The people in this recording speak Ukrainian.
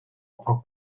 про